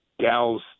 gal's